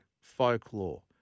folklore